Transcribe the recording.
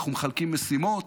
אנחנו מחלקים משימות,